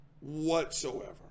whatsoever